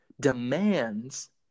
demands